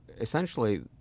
essentially